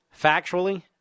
Factually